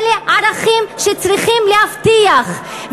אלה ערכים שצריכים להבטיח,